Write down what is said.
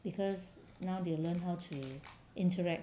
because now they learn how to interact